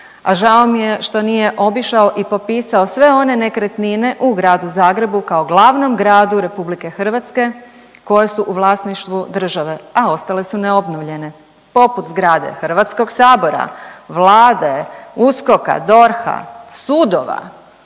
a žao mi je što nije obišao i popisao sve one nekretnine u gradu Zagrebu kao glavnom gradu RH koje su u vlasništvu države, a ostale su neobnovljene, poput zgrade HS-a, Vlade, USKOK-a, DORH-a, sudova,